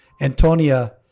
Antonia